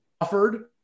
offered